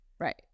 Right